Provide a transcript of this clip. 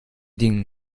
den